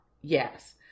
Yes